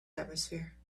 atmosphere